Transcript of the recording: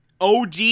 OG